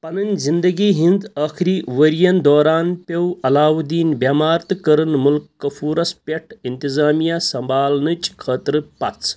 پنٕنۍ زندگی ہِنٛد ٲخری ورٮ۪ن دوران پیٚو علاؤالدین بیمار تہٕ کرٕن مُلِک کَفورس پٮ۪ٹھ اِنتِظامِیہ سَمبالنٕچ خٲطرٕ پژھ